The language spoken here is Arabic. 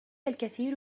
الكثير